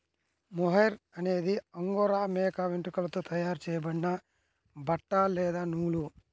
mohair అనేది angora మేక వెంట్రుకలతో తయారు చేయబడిన బట్ట లేదా నూలు